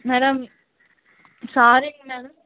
madam சாரிங்க madam